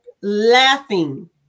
laughing